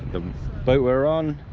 the boat we're on